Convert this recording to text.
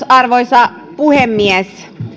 arvoisa puhemies